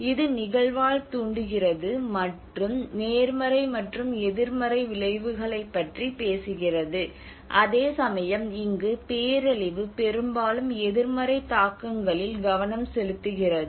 இது நிகழ்வால் தூண்டுகிறது மற்றும் நேர்மறை மற்றும் எதிர்மறை விளைவுகளைப் பற்றி பேசுகிறது அதேசமயம் இங்கு பேரழிவு பெரும்பாலும் எதிர்மறை தாக்கங்களில் கவனம் செலுத்துகிறது